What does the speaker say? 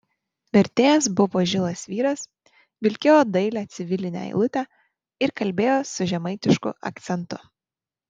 vertėjas buvo žilas vyras vilkėjo dailią civilinę eilutę ir kalbėjo su žemaitišku akcentu